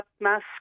mask